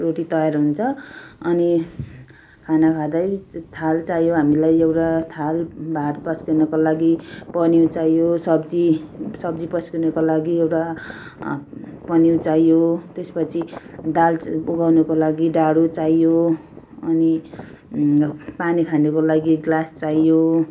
रोटी तयार हुन्छ अनि खाना खाँदै थाल चाहियो हामीलाई एउटा थाल भात पस्किनुको लागि पन्यु चाहियो सब्जी सब्जी पस्किनुको लागि एउटा पन्यु चाहियो त्यसपछि दाल चाहिँ उगाउनुको लागि डाडु चाहियो अनि पानी खानुको लागि ग्लास चाहियो